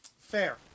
Fair